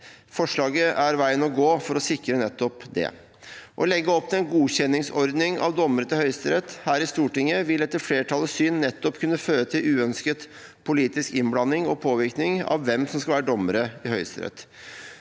forslaget er veien å gå for å sikre nettopp det. Å legge opp til en godkjenningsordning av dommere til Høyesterett her i Stortinget vil etter flertallets syn nettopp kunne føre til uønsket politisk innblanding og påvirkning av hvem som skal være dommere i Høyesterett.